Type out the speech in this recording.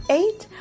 eight